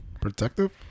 Protective